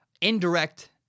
indirect